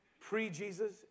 Pre-Jesus